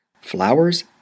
Flowers